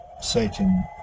Satan